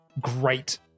great